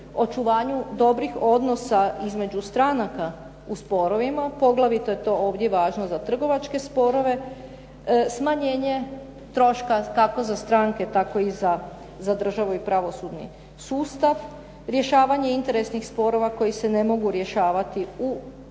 očuvanju dobrih odnosa između stranaka u sporovima, poglavito je to ovdje važno za trgovačke sporove, smanjenje troška kako za stranka, tako i za državu i pravosudni sustav, rješavanje interesnih sporova koji se ne mogu rješavati u sudskim